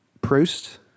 Proust